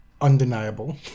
undeniable